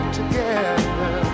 together